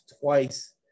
twice